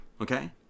Okay